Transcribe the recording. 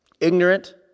Ignorant